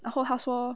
然后她说